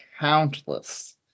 countless